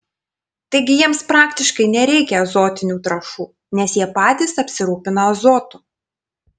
taigi jiems praktiškai nereikia azotinių trąšų nes jie patys apsirūpina azotu